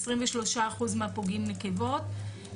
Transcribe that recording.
23% מהפוגעים נקבות,